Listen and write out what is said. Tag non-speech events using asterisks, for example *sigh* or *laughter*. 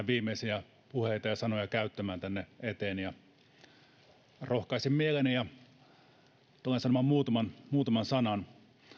*unintelligible* viimeisiä puheita ja sanoja käyttämään tänne eteen rohkaisin mieleni ja tulen sanomaan muutaman sanan